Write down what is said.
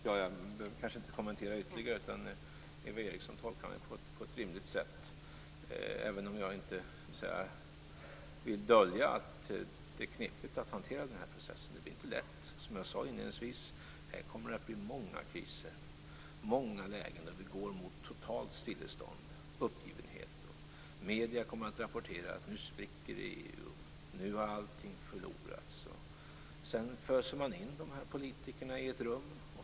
Fru talman! Jag kanske inte behöver kommentera det ytterligare, utan Eva Eriksson tolkade mig på ett rimligt sätt, även om jag inte vill dölja att det är knepigt att hantera den här processen. Det blir inte lätt. Som jag sade inledningsvis kommer det att bli många kriser, många lägen där vi går mot totalt stillestånd, uppgivenhet. Medierna kommer att rapportera att nu spricker EU, nu har allting förlorats. Sedan föser man in politikerna i ett rum.